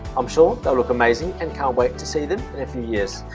i'm sure they look amazing and can't wait to see them in a few years.